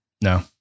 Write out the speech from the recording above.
No